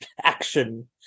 action